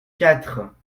quatre